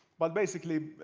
but basically,